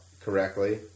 correctly